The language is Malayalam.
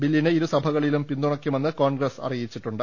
ബില്ലിനെ ഇരു സഭകളിലും പിന്തു ണയ്ക്കുമെന്ന് കോൺഗ്രസ് അറിയിച്ചിട്ടുണ്ട്